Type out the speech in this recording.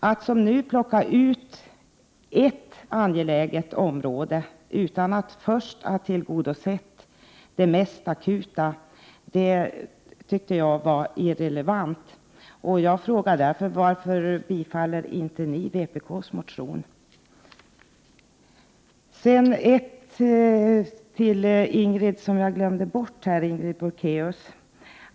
Att som nu plocka ut ett angeläget område utan att först ha tillgodosett det mest akuta, tycker jag är irrelevant. Jag frågar därför: Varför vill inte ni bifalla vpk:s motion? Slutligen ytterligare en sak som jag glömde säga till Sigrid Bolkéus.